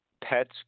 pets